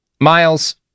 miles